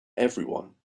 everyone